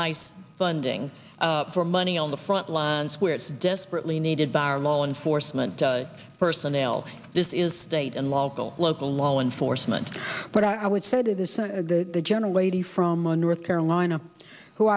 ice funding for money on the front lines where it's desperately needed by our law enforcement personnel this is state and local local law enforcement but i would say to this the general lady from the north carolina who